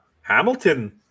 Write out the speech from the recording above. Hamilton